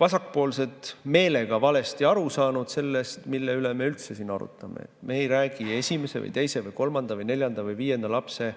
vasakpoolsed meelega valesti aru saanud sellest, mille üle me üldse siin arutame. Me ei räägi esimese või teise või kolmanda või neljanda või viienda lapse